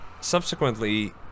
subsequently